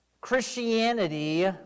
Christianity